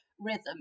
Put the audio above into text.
rhythm